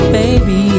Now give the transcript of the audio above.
baby